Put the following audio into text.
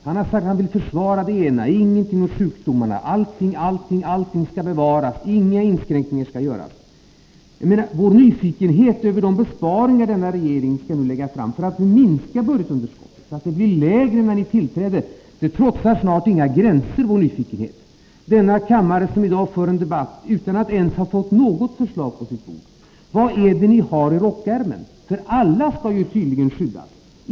Han har på den ena punkten efter den andra sagt att allt skall bevaras som det är — ingenting om sjukdomarna, inga inskränkningar skall göras. Vår nyfikenhet över de besparingar som denna regering skall göra för att minska budgetunderskottet så att det blir mindre än när ni tillträdde trotsar snart alla gränser. Kammarens ledamöter för i dag en debatt utan att ens ha fått något förslag på riksdagens bord. Vad är det ni har i rockärmen, för alla skall ju tydligen skyddas?